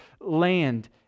land